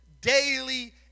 daily